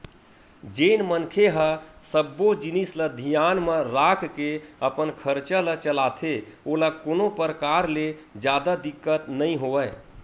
जेन मनखे ह सब्बो जिनिस ल धियान म राखके अपन खरचा ल चलाथे ओला कोनो परकार ले जादा दिक्कत नइ होवय